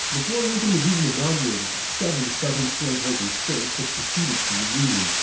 before lincoln was even inaugurated, seven southern slaveholding states had seceded from the union,